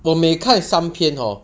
我没看见 some hor